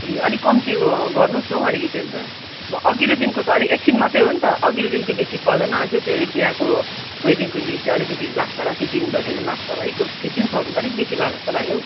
ए अलिक कम्ती गर्नुहोस् न हौ अलिकति अन्त अब अघिल्लो दिनको त अलि एकछिन मात्रै हो नि त अघिल्लो दिनको बेसी पर्दैन यसो त्यो बिहाको वेडिङको दिन चाहिँ अलिकति लाग्छ होला त्यो दिनभरि नै लाग्छ होला फिफ्टिन थाउजन्ड त अलिक बेसी भएको जस्तो लाग्यो हौ